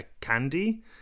Candy